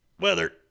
Weather